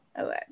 Okay